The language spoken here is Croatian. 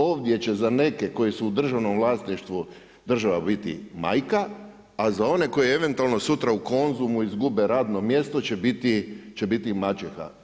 Ovdje će za neke koji su u državnom vlasništvu, država biti majka, a za one koje eventualno sutra u Konzumu izgube radno mjesto, će biti maćeha.